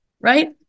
right